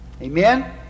Amen